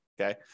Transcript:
okay